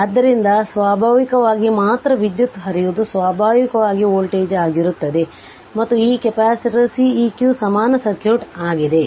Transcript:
ಆದ್ದರಿಂದ ಸ್ವಾಭಾವಿಕವಾಗಿ ಮಾತ್ರ ವಿದ್ಯುತ್ ಹರಿಯುವುದು ಸ್ವಾಭಾವಿಕವಾಗಿ ವೋಲ್ಟೇಜ್ ಆಗಿರುತ್ತದೆ ಮತ್ತು ಈ ಕೆಪಾಸಿಟರ್ Ceq ಸಮಾನ ಸರ್ಕ್ಯೂಟ್ ಆಗಿದೆ